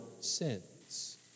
sins